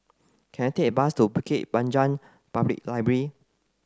can I take a bus to Bukit Panjang Public Library